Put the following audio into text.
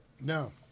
No